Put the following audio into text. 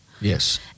Yes